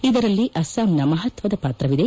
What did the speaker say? ಇದರಲ್ಲಿ ಅಸ್ಲಾಂನ ಮಹತ್ವದ ಪಾತ್ರವಿದೆ